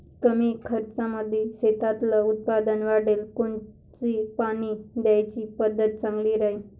कमी खर्चामंदी शेतातलं उत्पादन वाढाले कोनची पानी द्याची पद्धत चांगली राहीन?